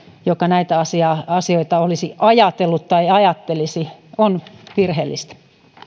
joka näitä asioita olisi ajatellut tai ajattelisi on virheellistä